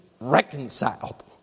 reconciled